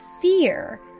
fear